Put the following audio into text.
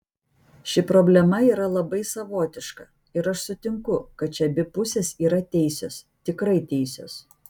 ši problema yra labai savotiška ir aš sutinku kad čia abi pusės yra teisios tikrai teisios